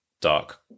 dark